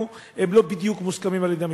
הם לא בדיוק מוסכמים על-ידי המשפחות.